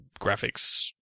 graphics